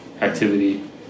activity